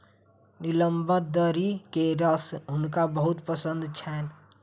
नीलबदरी के रस हुनका बहुत पसंद छैन